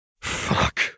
Fuck